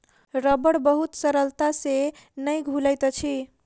रबड़ बहुत सरलता से नै घुलैत अछि